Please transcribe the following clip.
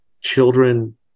Children